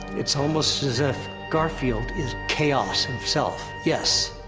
it's almost as if garfield is chaos himself. yes.